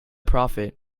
prophet